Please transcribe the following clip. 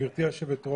גברתי היושבת-ראש,